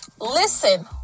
listen